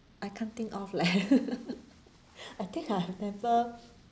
I can't think of leh I think I have never